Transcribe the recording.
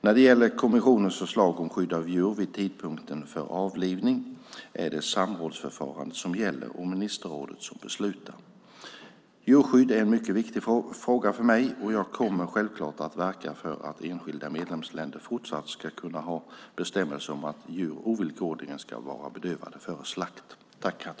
När det gäller kommissionens förslag om skydd av djur vid tidpunkten för avlivning är det samrådsförfarandet som gäller och ministerrådet som beslutar. Djurskydd är en mycket viktig fråga för mig och jag kommer självklart att verka för att enskilda medlemsländer fortsatt ska kunna ha bestämmelser om att djur ovillkorligen ska vara bedövade före slakt.